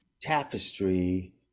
Tapestry